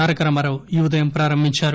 తారక రామారావు ఈ ఉదయం ప్రారంభించారు